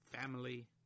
family